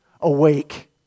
awake